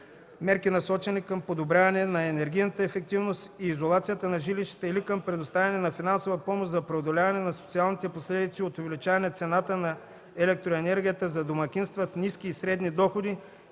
мерки, насочени към подобряване на енергийната ефективност и изолацията на жилищата или към предоставяне на финансова помощ за преодоляване на социалните последици от увеличаване цената на електроенергията за домакинства с ниски и средни доходи,